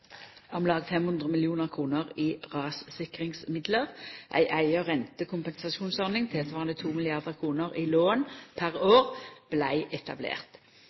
500 mill. kr i rassikringsmidlar. Ei eiga rentekompensasjonsordning tilsvarande 2 mrd. kr i lån per år vart etablert.